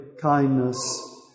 kindness